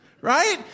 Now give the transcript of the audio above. right